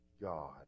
God